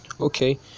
okay